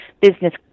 business